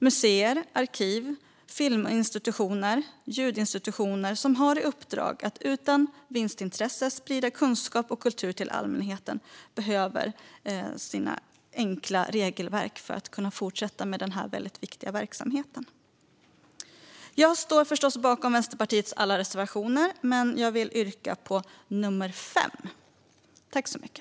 Museer, arkiv, filminstitutioner och ljudinstitutioner som har i uppdrag att utan vinstintresse sprida kunskap och kultur till allmänheten behöver sina enkla regelverk för att kunna fortsätta med denna väldigt viktiga verksamhet. Jag står förstås bakom Vänsterpartiets alla reservationer, men jag vill yrka bifall till reservation 5.